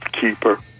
keeper